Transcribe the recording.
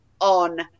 on